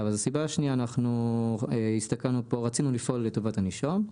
אז הסיבה השנייה היא שרצינו לפעול לטובת הנישום.